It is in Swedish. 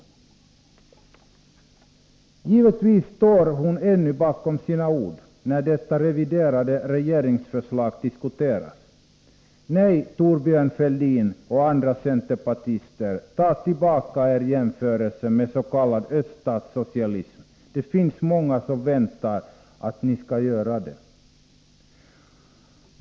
Givetvis står hon ännu bakom sina ord när detta reviderade regeringsförslag diskuteras. Nej, Thorbjörn Fälldin — och andra centerpartister — ta tillbaka jämförelsen meds.k. öststatssocialism. Det finns många som väntar att ni skall göra det.